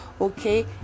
okay